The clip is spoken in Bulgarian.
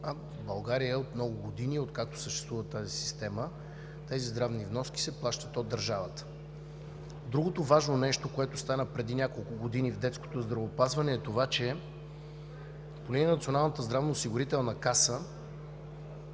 в България от много години откакто съществува тази система, тези здравни вноски се плащат от държавата. Другото важно нещо, което стана преди няколко години в детското здравеопазване, е това, че по линия на Националната здравноосигурителна каса